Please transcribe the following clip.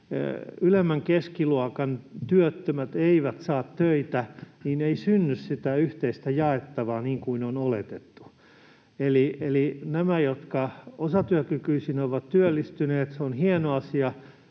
ylemmän keskiluokan työttömät eivät saa töitä, niin ei synny sitä yhteistä jaettavaa niin kuin on oletettu. Eli se, että osatyökykyisiä on työllistynyt, on hieno asia,